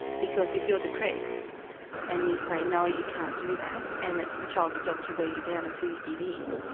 because if you're depressed and you say no, you can't do that' and it's the child's job to wear you down until you give in,